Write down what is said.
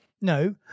No